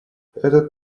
этот